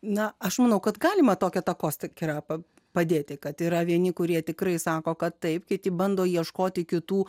na aš manau kad galima tokią takoskyrą padėti kad yra vieni kurie tikrai sako kad taip kiti bando ieškoti kitų